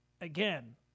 again